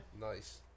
Nice